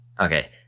Okay